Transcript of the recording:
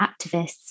activists